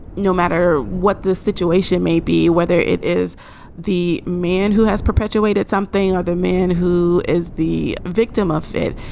no matter what the situation may be, whether it is the man who has perpetuated something or the man who is the victim of it,